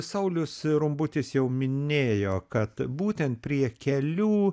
saulius rumbutis jau minėjo kad būtent prie kelių